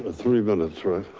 three minutes, right?